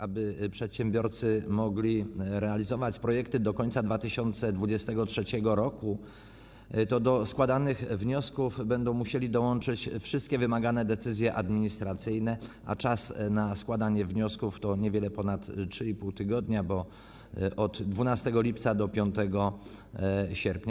Aby przedsiębiorcy mogli realizować projekty do końca 2023 r., do składanych wniosków będą musieli dołączyć wszystkie wymagane decyzje administracyjne, a czas na składanie wniosków to niewiele ponad 3,5 tygodnia, bo od 12 lipca do 5 sierpnia.